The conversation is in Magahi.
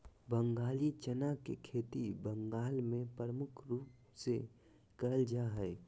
बंगाली चना के खेती बंगाल मे प्रमुख रूप से करल जा हय